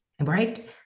right